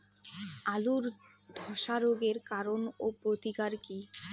আলুর ধসা রোগের কারণ ও প্রতিকার কি?